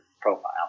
profile